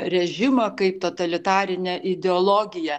režimą kaip totalitarinę ideologiją